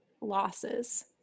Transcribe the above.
losses